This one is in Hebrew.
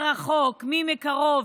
מי מרחוק ומי מקרוב,